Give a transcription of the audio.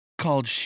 Called